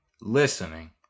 listening